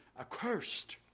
accursed